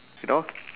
you know